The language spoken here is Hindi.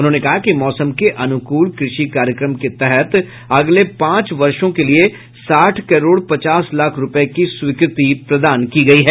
उन्होंने कहा कि मौसम के अनुकूल कृषि कार्यक्रम के तहत अगले पांच वर्षो के लिए साठ करोड़ पचास लाख रुपये की स्वीकृति दी गई है